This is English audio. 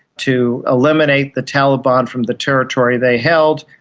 to eliminate the taliban from the territory they held,